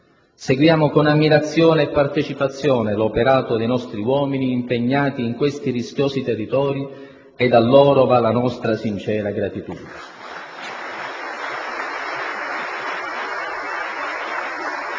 Seguiamo con ammirazione e partecipazione l'operato dei nostri uomini impegnati in questi rischiosi territori e a loro va la nostra sincera gratitudine.